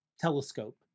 telescope